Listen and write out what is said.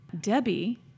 Debbie